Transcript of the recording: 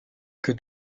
que